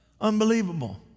unbelievable